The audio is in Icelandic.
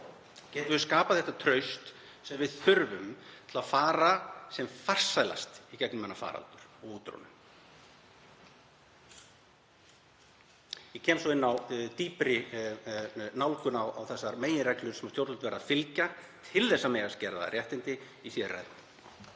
getum við skapað það traust sem við þurfum til að fara sem farsælast í gegnum þennan faraldur og út úr honum. Ég kem svo inn á dýpri nálgun á þessari meginreglu sem stjórnvöld verða að fylgja til að mega skerða réttindi í síðari ræðu.